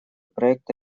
проекта